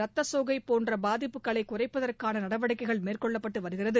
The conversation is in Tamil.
ரத்தசோகை போன்ற பாதிப்புகளை குறைப்பதற்கான நடவடிக்கைகள் மேற்கொள்ளப்பட்டு வருகிறது